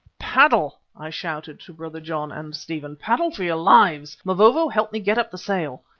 paddle, i shouted to brother john and stephen, paddle for your lives! mavovo, help me get up the sail.